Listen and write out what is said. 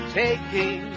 taking